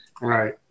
right